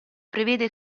prevede